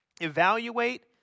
evaluate